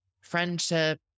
Friendship